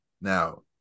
Now